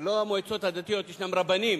לא המועצות הדתיות, יש רבנים